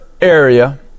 area